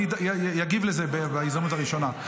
אני אגיב לזה בהזדמנות הראשונה.